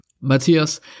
Matthias